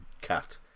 Cat